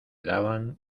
daban